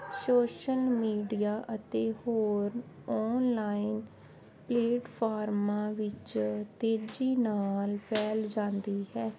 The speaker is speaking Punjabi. ਸ਼ੋਸ਼ਲ ਮੀਡੀਆ ਅਤੇ ਹੋਰ ਔਨਲਾਈਨ ਪਲੇਟਫਾਰਮਾਂ ਵਿੱਚ ਤੇਜ਼ੀ ਨਾਲ ਫੈਲ ਜਾਂਦੀ ਹੈ